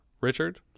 richard